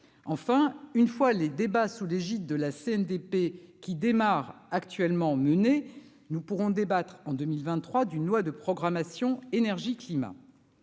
enfin une fois les débats sous l'égide de la CNDP qui démarre actuellement menée, nous pourrons débattre en 2023 d'une loi de programmation énergie climat